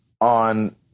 on